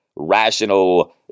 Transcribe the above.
rational